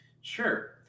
Sure